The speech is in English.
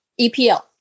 EPL